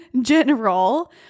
general